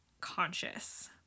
conscious